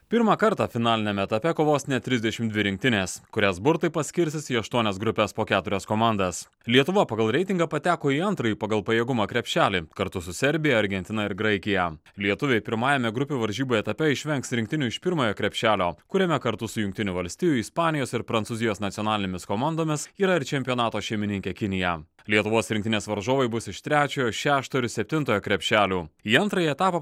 pirmą kartą finaliniame etape kovos net trisdešim dvi rinktinės kurias burtai paskirstys į aštuonias grupes po keturias komandas lietuva pagal reitingą pateko į antrąjį pagal pajėgumą krepšelį kartu su serbija argentina ir graikija lietuviai pirmajame grupių varžybų etape išvengs rinktinių iš pirmojo krepšelio kuriame kartu su jungtinių valstijų ispanijos ir prancūzijos nacionalinėmis komandomis yra ir čempionato šeimininkė kinija lietuvos rinktinės varžovai bus iš trečiojo šešto ir septintojo krepšelių į antrąjį etapą